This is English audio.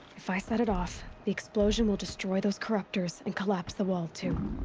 if i set it off. the explosion will destroy those corruptors, and collapse the wall too.